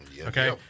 Okay